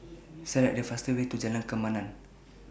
Select The fast Way to Jalan Kemaman